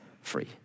free